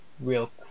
real